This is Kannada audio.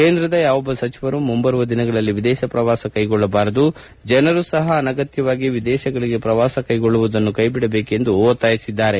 ಕೇಂದ್ರದ ಯಾವೊಬ್ಬ ಸಚಿವರು ಮುಂಬರುವ ದಿನಗಳಲ್ಲಿ ವಿದೇಶ ಪ್ರವಾಸ ಕೈಗೊಳ್ಳಬಾರದು ಹಾಗೂ ಜನರೂ ಸಹ ಅನಗತ್ತವಾಗಿ ವಿದೇಶಿಗಳಿಗೆ ಪ್ರವಾಸ ಕೈಗೊಳ್ಳುವುದನ್ನು ಕೈಬಿಡಬೇಕೆಂದು ಅವರು ಒತ್ತಾಯಿಸಿದ್ದಾರೆ